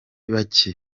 bake